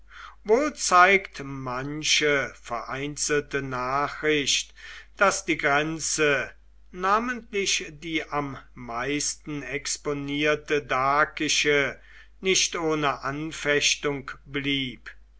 wohl zeigt manche vereinzelte nachricht daß die grenze namentlich die am meisten exponierte dakische nicht ohne anfechtung blieb